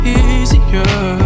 easier